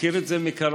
מכיר את זה מקרוב,